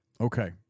Okay